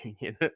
union